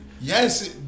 Yes